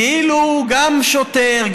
כאילו הוא גם שוטר,